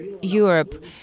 Europe